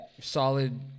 solid